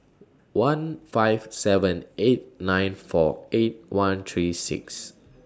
one five seven eight nine four eight one three six